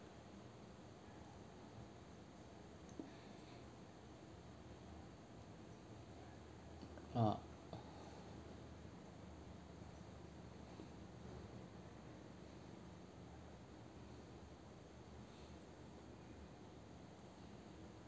ah